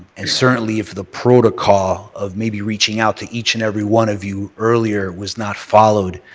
and certainly if the protocol of maybe reaching out to each and everyone of you earlier was not followed